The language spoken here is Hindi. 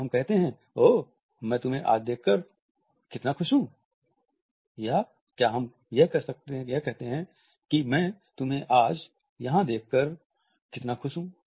क्या हम कहते हैं ओह मैं तुम्हें आज यहाँ देखकर कितना खुश हूं या क्या हम यह कहते हैं कि मैं तुम्हें आज यहां देखकर कितना खुश हूं